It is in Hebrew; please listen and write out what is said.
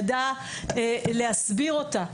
ידע להסביר אותה,